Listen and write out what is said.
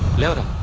know